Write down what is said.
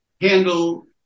handle